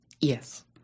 Yes